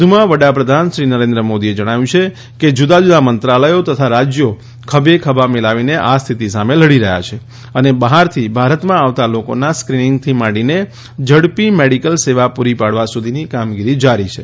વધુમાં વડાપ્રધાન શ્રી નરેન્દ્ર મોદીએ જણાવ્યું છે કે જુદાં જુદાં મંત્રાલયો તથા રાજ્યો ખભેખભા મિલાવીને આ સ્થિતિ સામે લડી રહ્યા છે અને બહારથી ભારતમાં આવતા લોકોના સ્કિનિંગથી માંડીને ઝડપી મેડિકલ સેવા પૂરી પાડવા સુધીની કામગીરી જારી છે